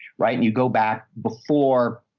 right. and you go back before.